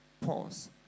pause